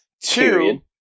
Two